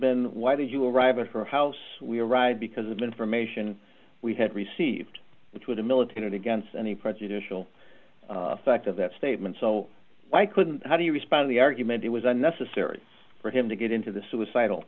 been why did you arrive at her house we arrived because of information we had received which would have military against any prejudicial effect of that statement so why couldn't how do you respond the argument was unnecessary for him to get into the suicidal